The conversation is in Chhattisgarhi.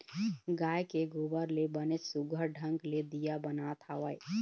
गाय के गोबर ले बनेच सुग्घर ढंग ले दीया बनात हवय